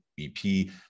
BP